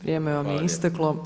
Vrijeme vam je isteklo.